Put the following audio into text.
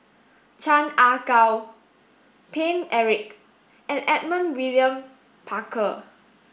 Chan Ah Kow Paine Eric and Edmund William Barker